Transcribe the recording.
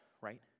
right